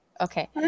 Okay